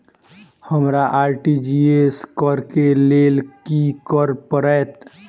हमरा आर.टी.जी.एस करऽ केँ लेल की करऽ पड़तै?